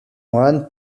moine